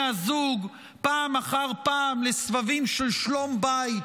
הזוג פעם אחר פעם לסבבים של שלום בית,